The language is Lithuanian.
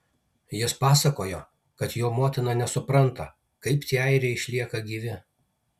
jis pasakojo kad jo motina nesupranta kaip tie airiai išlieka gyvi